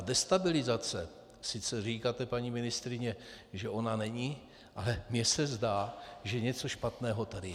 Destabilizace sice říkáte, paní ministryně, že ona není, ale mně se zdá, že něco špatného tady je.